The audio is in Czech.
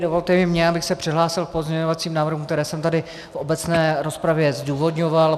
Dovolte i mně, abych se přihlásil k pozměňovacím návrhům, které jsem tady v obecné rozpravě zdůvodňoval.